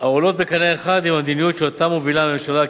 העולות בקנה אחד עם המדיניות שאותה מובילה הממשלה,